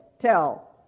tell